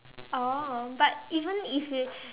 oh but even if you